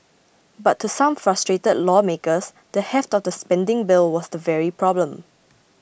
but to some frustrated lawmakers the heft of the spending bill was the very problem